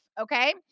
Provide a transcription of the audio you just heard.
Okay